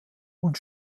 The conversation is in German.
und